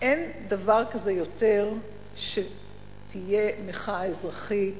אין יותר דבר כזה שתהיה מחאה אזרחית,